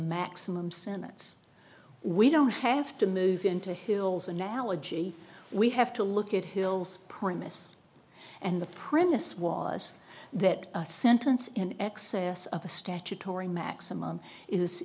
maximum sentence we don't have to move into hill's analogy we have to look at hill's premise and the premise was that a sentence in excess of a statutory maximum is